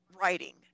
writing